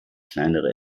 kleinere